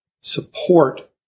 support